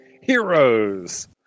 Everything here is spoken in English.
Heroes